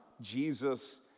Jesus